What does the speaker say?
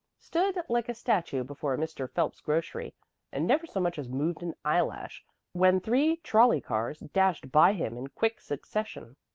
stood like a statue before mr. phelps's grocery and never so much as moved an eyelash when three trolley cars dashed by him in quick succession.